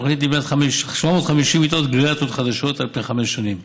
תוכנית לבניית 750 מיטות גריאטריות חדשות על פני חמש שנים,